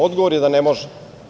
Odgovor je da ne može.